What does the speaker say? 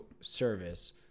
service